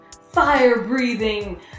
fire-breathing